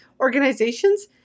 organizations